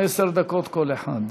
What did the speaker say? עשר דקות כל אחד.